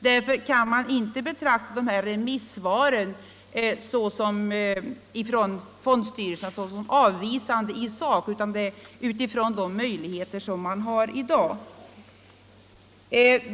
Därför kan remissyttrandena från fondstyrelserna inte betraktas såsom avvisande i sak, utan det gäller de möjligheter som man har i dag.